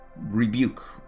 rebuke